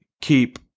keep